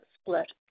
split